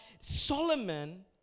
Solomon